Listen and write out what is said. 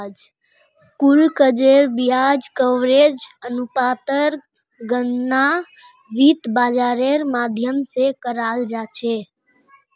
कुल कर्जेर ब्याज कवरेज अनुपातेर गणना वित्त बाजारेर माध्यम से कराल जा छे